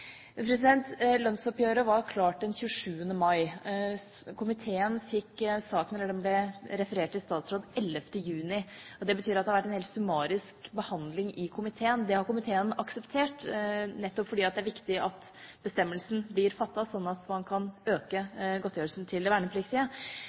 Lønnsoppgjøret var klart den 27. mai. Komiteen fikk saken – den ble referert i statsråd 11. juni. Det betyr at det har vært en helt summarisk behandling i komiteen. Det har komiteen akseptert, nettopp fordi det er viktig at bestemmelsen blir fattet, sånn at man kan øke